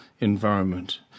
environment